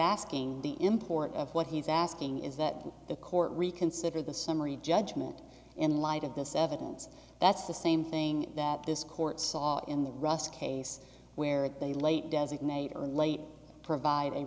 asking the import of what he's asking is that the court reconsider the summary judgment in light of this evidence that's the same thing that this court saw in the ross case where a late designator late provide a